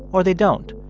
or they don't.